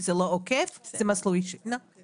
קשישים, אסירים, אוכלוסיות שנופלות בין הכיסאות.